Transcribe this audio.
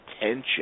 attention